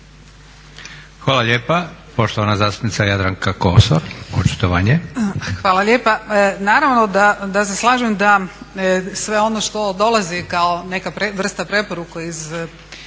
Hvala lijepa. Poštovana zastupnica Jadranka Kosor, očitovanje.